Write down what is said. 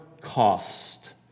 cost